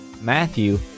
Matthew